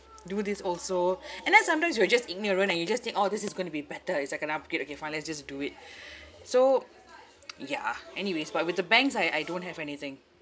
do this also and then sometimes you were just ignorant and you just think orh this is going to be better it's like a abrogate okay fine let's just do it so yeah anyways but with the banks I I don't have anything